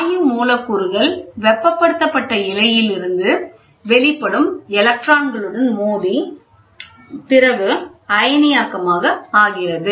வாயு மூலக்கூறுகள் வெப்பபடுத்தப்பட்ட இழையிலிருந்து வெளிப்படும் எலக்ட்ரான்களுடன் மோதி பிறகு அயனியாக்கமாக ஆகிறது